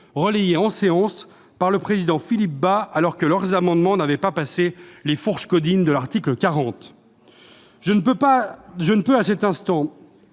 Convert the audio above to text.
relayés en séance par le président Philippe Bas alors que leurs amendements n'avaient pas passé les fourches caudines de l'article 40. Je ne peux pas ne